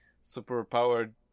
super-powered